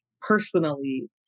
personally